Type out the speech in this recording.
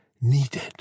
needed